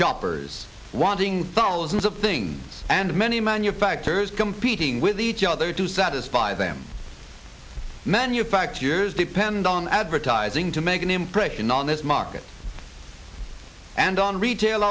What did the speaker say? shoppers wanting thousands of things and many manufacturers competing with each other to satisfy them manufacturers depend on advertising to make an impression on this market and on retail